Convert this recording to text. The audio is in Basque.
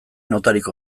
notarik